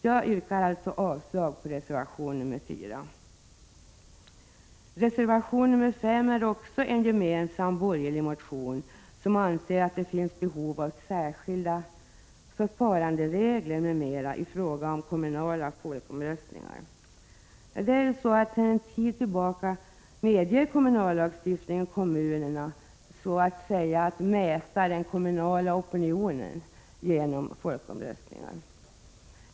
Jag yrkar avslag på reservation nr 4. Reservation nr 5 bygger på en gemensam borgerlig motion, där man anser att det finns behov av särskilda förfaranderegler m.m. i fråga om kommunala folkomröstningar. Sedan en tid tillbaka medger kommunallagstiftningen kommunerna att, så att säga, mäta den kommunala opinionen genom folkomröstningar.